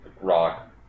rock